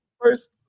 first